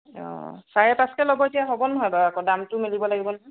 অঁ চাৰে পাঁচকৈ ল'ব দিয়ক একো নহয় বাৰু আকৌ দামটো মিলিব লাগিব নহয়